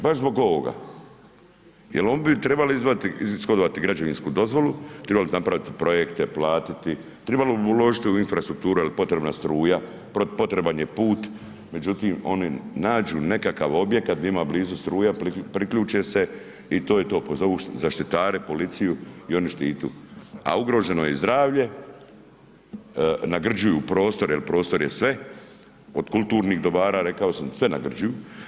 Baš zbog ovoga jel oni bi trebali ishodovati građevinsku dozvolu, tribali bi napraviti projekte, platiti, tribalo bi im uložiti u infrastrukturu jel potrebna je struja, potreban je put, međutim, oni nađu nekakav objekat di ima blizu struja, priključe se i to je to, pozovu zaštitare, policiju i oni štitu, a ugroženo je i zdravlje, nagrđuju prostor, jel prostor je sve od kulturnih dobara, rekao sam, sve nagrđuju.